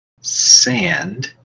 sand